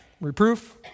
reproof